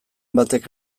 batek